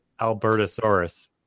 Albertosaurus